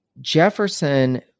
Jefferson